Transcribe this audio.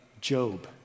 Job